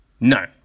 No